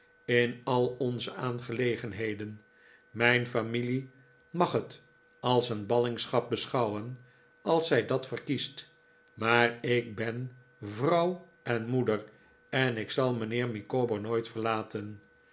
in al onze aangelegenheden mijn familie mag het als een ballingschap beschouwen als zij dat verkiest maar ik ben vrouw en moeder en ik zal mijnheer micawber nooit verlaten